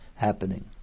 happening